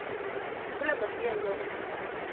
जिस्लै मर्जी आई जाओ तुस